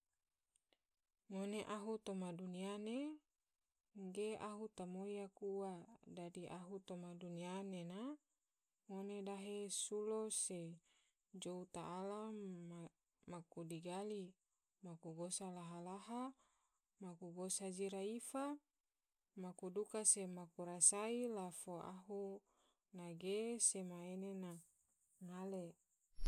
Ngone ahu toma dunia ne ge ahu tomoi aku ua, dadi ahu toma dunia nena ngone dahe sulo se jou taala maku digali, maku gosa laha laha, maku gosa jira ifa, maku duka se maku rasai la fo ahu nange sema ena na ngale.